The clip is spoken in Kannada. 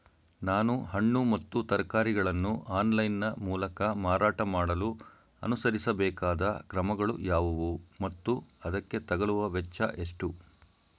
ನಾನು ಹಣ್ಣು ಮತ್ತು ತರಕಾರಿಗಳನ್ನು ಆನ್ಲೈನ ಮೂಲಕ ಮಾರಾಟ ಮಾಡಲು ಅನುಸರಿಸಬೇಕಾದ ಕ್ರಮಗಳು ಯಾವುವು ಮತ್ತು ಅದಕ್ಕೆ ತಗಲುವ ವೆಚ್ಚ ಎಷ್ಟು?